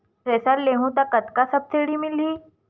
Thresher लेहूं त कतका सब्सिडी मिलही?